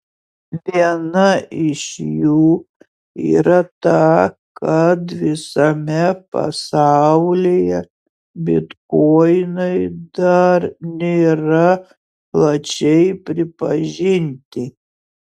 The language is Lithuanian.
viena iš jų yra ta kad visame pasaulyje bitkoinai dar nėra plačiai pripažinti